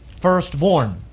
firstborn